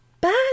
bad